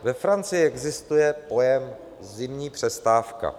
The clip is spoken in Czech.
Ve Francii existuje pojem zimní přestávka.